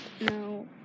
No